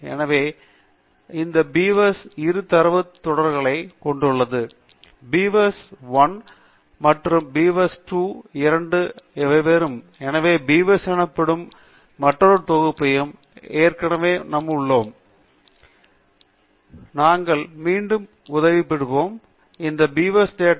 எனவே இந்த பீவர்ஸ் இரு தரவுத் தொகுப்புகளை கொண்டுள்ளது பீவர்ஸ் ஒன் மற்றும் பீவர்ஸ் டூ இரண்டு வெவ்வேறு எனவே பீவர்ஸ் எனப்படும் மற்றொரு தொகுப்புவை ஏற்றுவோம் மற்றும் இந்த பீவர்ஸ் டேட்டா தரவு தொகுப்பு பற்றி என்னவென்று தெரிந்து கொள்வோம் நாங்கள் மீண்டும் உதவி பெறுவோம் மற்றும் பீவர்ஸ்டேட்டா